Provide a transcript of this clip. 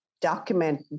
document